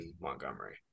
Montgomery